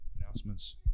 Announcements